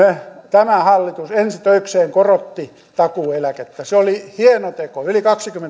tämä hallitus ensi töikseen korotti takuueläkettä se oli hieno teko yli kaksikymmentä euroa ja